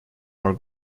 are